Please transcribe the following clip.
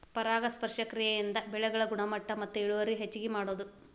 ಪರಾಗಸ್ಪರ್ಶ ಕ್ರಿಯೆಯಿಂದ ಬೆಳೆಗಳ ಗುಣಮಟ್ಟ ಮತ್ತ ಇಳುವರಿ ಹೆಚಗಿ ಮಾಡುದು